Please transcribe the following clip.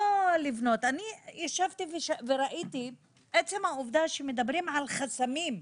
עצם העובדה שמדברים על חסמים,